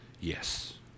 yes